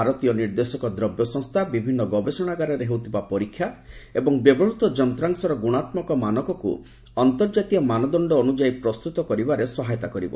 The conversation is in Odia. ଭାରତୀୟ ନିର୍ଦ୍ଦେଶକ ଦ୍ରବ୍ୟ ସଂସ୍ଥା ବିଭିନ୍ନ ଗବେଷଣାଗାରରେ ହେଉଥିବା ପରୀକ୍ଷା ଏବଂ ବ୍ୟବହୃତ ଯନ୍ତ୍ରାଂଶର ଗୁଣାତ୍କକ ମାନକକୁ ଅନ୍ତର୍ଜାତୀୟ ମାନଦଣ୍ଡ ଅନୁଯାୟୀ ପ୍ରସ୍ତୁତ କରିବାରେ ସହାୟତା କରିବ